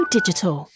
Digital